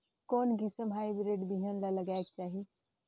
कोन किसम हाईब्रिड बिहान ला लगायेक चाही?